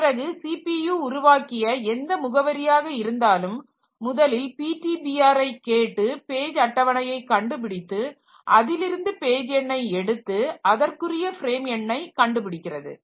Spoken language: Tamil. பிறகு சிபியு உருவாக்கிய எந்த முகவரியாக இருந்தாலும் முதலில் PTBR ஐ கேட்டு பேஜ் அட்டவணையை கண்டுபிடித்து அதில் இருந்து பேஜ் எண்ணை எடுத்து அதற்குரிய ஃப்ரேம் எண்ணை கண்டுபிடிக்கிறது